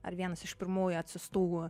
ar vienas iš pirmųjų atsiųstų